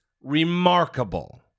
remarkable